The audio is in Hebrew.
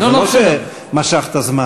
אבל זה לא שמשכת זמן,